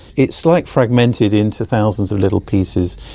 it's like fragmented into thousands of little pieces.